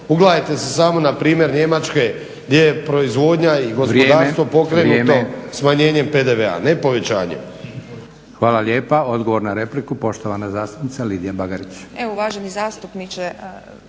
Ugledajte se samo na primjer Njemačke gdje je proizvodnja i gospodarstvo pokrenuto smanjenjem PDV-a, ne povećanjem.